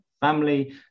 family